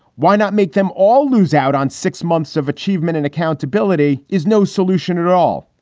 why not make them all lose out on six months of achievement and accountability is no solution at all.